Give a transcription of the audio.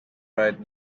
right